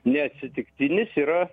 neatsitiktinis yra